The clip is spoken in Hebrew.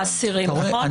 אתה רואה,